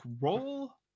roll